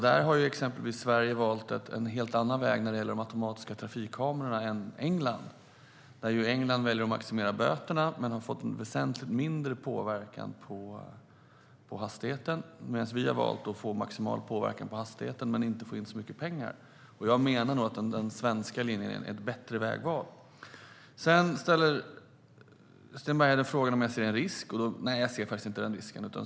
Där har exempelvis Sverige valt en helt annan väg än England när det gäller de automatiska trafikkamerorna. England väljer att maximera böterna men har fått en väsentligt mindre påverkan på hastigheten, medan vi har valt att få maximal påverkan på hastigheten men inte få in så mycket pengar. Jag menar nog att den svenska linjen är ett bättre vägval. Sedan ställer Sten Bergheden frågan om jag ser en risk, och nej, jag ser faktiskt inte den risken.